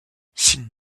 sin